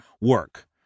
work